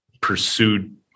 pursued